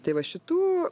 tai va šitų